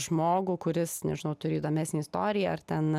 žmogų kuris nežinau turi įdomesnę istoriją ar ten